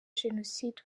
jenoside